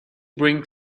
bring